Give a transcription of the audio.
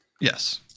Yes